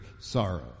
sorrow